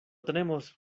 tenemos